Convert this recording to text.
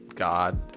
god